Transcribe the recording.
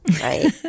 right